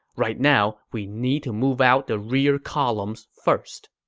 right now, we need to move out the rear columns first.